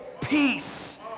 peace